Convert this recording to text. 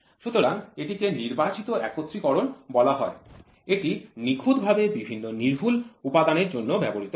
সুতরাং এটিকে নির্বাচিত একত্রিতকরণ বলা হয় এটি নিখুঁতভাবে বিভিন্ন সূক্ষ্ম উপাদানের জন্য ব্যবহৃত হয়